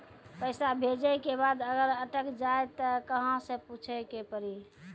पैसा भेजै के बाद अगर अटक जाए ता कहां पूछे के पड़ी?